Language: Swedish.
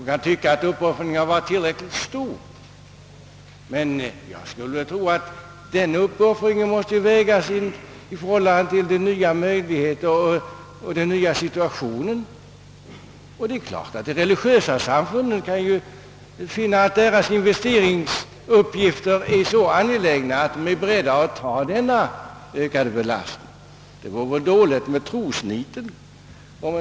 Om man tycker att uppoffringen redan är tillräckligt stor, får den vägas mot de nya möjligheterna och den nya situationen. De religiösa samfunden kanske finner sina investeringsuppgifter så angelägna att de är beredda att ta på sig den ökade belastningen — det vore väl dåligt med trosnitet annars.